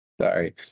Sorry